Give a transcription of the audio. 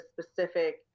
specific